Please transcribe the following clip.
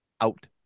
out